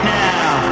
now